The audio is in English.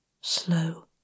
Slow